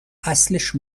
اصلش